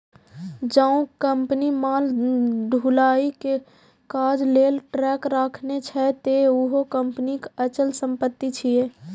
जौं कंपनी माल ढुलाइ के काज लेल ट्रक राखने छै, ते उहो कंपनीक अचल संपत्ति छियै